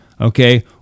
Okay